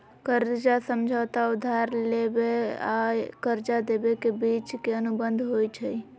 कर्जा समझौता उधार लेबेय आऽ कर्जा देबे के बीच के अनुबंध होइ छइ